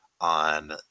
on